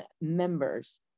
members